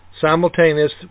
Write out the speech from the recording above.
simultaneous